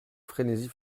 frénésie